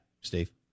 Steve